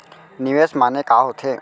निवेश माने का होथे?